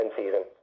season